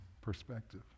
perspective